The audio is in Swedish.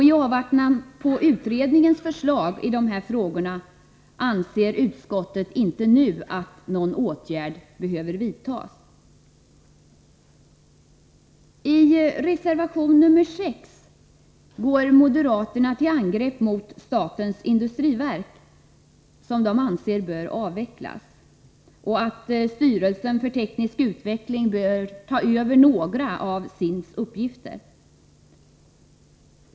I avvaktan på utredningens förslag i de här frågorna anser utskottet inte nu att någon åtgärd behöver vidtas. I reservation nr 6 går moderaterna till angrepp mot statens industriverk, som de anser bör avvecklas. De anser att styrelsen för teknisk utveckling bör ta över några av SIND:s uppgifter.